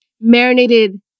marinated